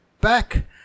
back